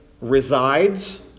resides